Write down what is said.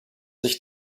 sich